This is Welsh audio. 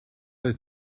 oes